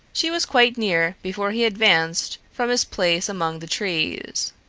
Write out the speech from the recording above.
she was quite near before he advanced from his place among the trees.